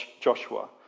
Joshua